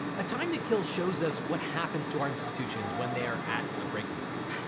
a time to kill shows us what happens to our institutions when they are at a breaking point.